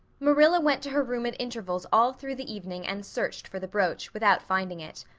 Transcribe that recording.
marilla went to her room at intervals all through the evening and searched for the brooch, without finding it.